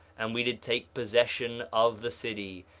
and we did take possession of the city,